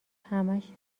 همش